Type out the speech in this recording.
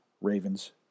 Ravens